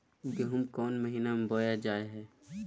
गेहूँ कौन महीना में बोया जा हाय?